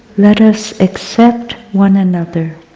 let us accept one another.